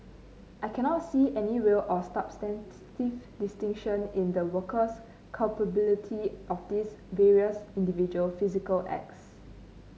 I cannot see any real or substantive distinction in the worker's culpability of these various individual physical acts